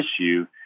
issue